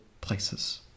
places